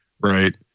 right